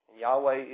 Yahweh